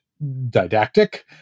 didactic